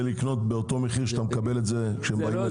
לקנות באותו המחיר שאתה מקבל כשהם באים אליך.